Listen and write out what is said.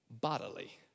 bodily